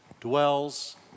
dwells